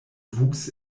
wuchs